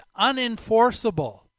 unenforceable